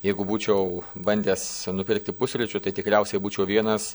jeigu būčiau bandęs nupirkti pusryčių tai tikriausiai būčiau vienas